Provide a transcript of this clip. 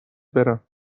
برم